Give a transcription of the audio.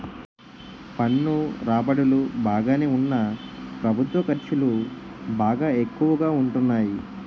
పన్ను రాబడులు బాగానే ఉన్నా ప్రభుత్వ ఖర్చులు బాగా ఎక్కువగా ఉంటాన్నాయి